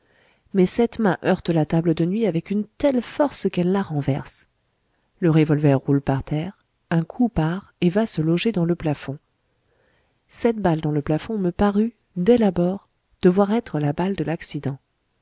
mais cette main heurte la table de nuit avec une telle force qu'elle la renverse le revolver roule par terre un coup part et va se loger dans le plafond cette balle dans le plafond me parut dès l'abord devoir être la balle de l'accident